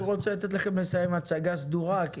אני רוצה לתת לכם לסיים הצגה סדורה כי